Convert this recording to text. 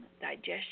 digestion